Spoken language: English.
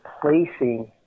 placing